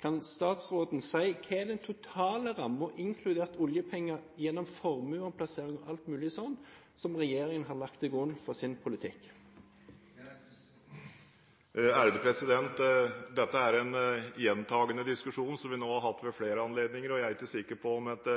Kan statsråden si hva den totale rammen – inkludert oljepenger gjennom formueomplassering og alt mulig slikt – som regjeringen har lagt til grunn for sin politikk, er? Dette er en diskusjon vi har hatt ved flere anledninger, og jeg er ikke sikker på om et